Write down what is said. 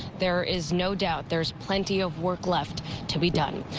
there is no doubt there's plenty of work left to be done.